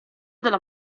della